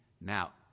Now